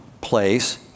place